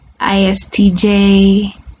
ISTJ